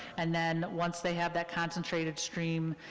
and then once they have that concentrated stream,